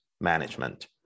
management